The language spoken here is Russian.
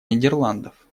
нидерландов